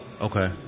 Okay